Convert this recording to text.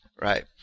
right